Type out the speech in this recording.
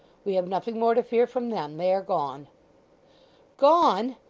we have nothing more to fear from them. they are gone gone!